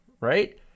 right